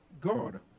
God